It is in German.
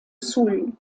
sul